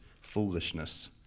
foolishness